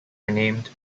renamed